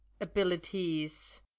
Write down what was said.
abilities